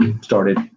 started